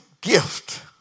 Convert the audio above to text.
gift